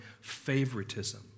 favoritism